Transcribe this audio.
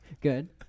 Good